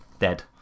Dead